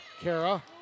Kara